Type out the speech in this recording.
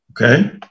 Okay